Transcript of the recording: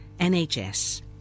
NHS